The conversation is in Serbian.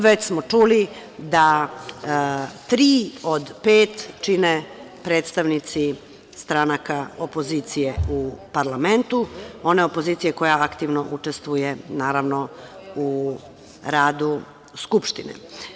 Već smo čuli da tri od pet čine predstavnici stranaka opozicije u parlamentu, one opozicije koja aktivno učestvuje, naravno, u radu Skupštine.